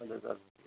اَدٕ حظ اَدٕ حظ